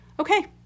Okay